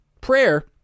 Prayer